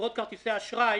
בחברות כרטיסי האשראי